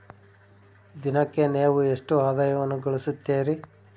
ದಿನಕ್ಕೆ ನೇವು ಎಷ್ಟು ಆದಾಯವನ್ನು ಗಳಿಸುತ್ತೇರಿ?